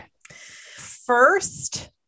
first